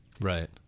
Right